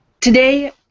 Today